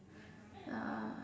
uh